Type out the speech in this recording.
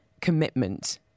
commitment